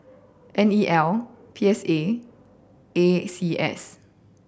N E L P S A and A C S